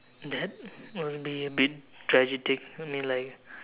that would be a bit tragic I mean like